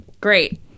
Great